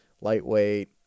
lightweight